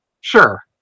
Sure